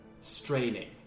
straining